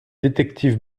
détectives